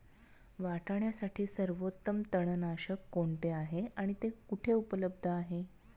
वाटाण्यासाठी सर्वोत्तम तणनाशक कोणते आहे आणि ते कुठे उपलब्ध आहे?